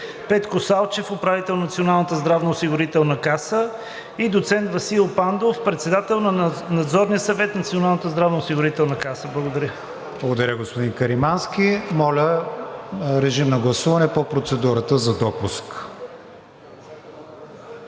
Петко Салчев – управител на Националната здравноосигурителна каса, и доцент Васил Пандов – председател на Надзорния съвет на Националната здравноосигурителна каса. Благодаря. ПРЕДСЕДАТЕЛ КРИСТИАН ВИГЕНИН: Благодаря, господин Каримански. Моля, режим на гласуване по процедурата за допуск.